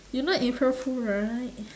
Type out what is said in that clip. you know april fool right